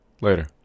Later